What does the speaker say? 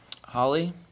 Holly